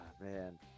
Man